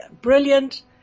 brilliant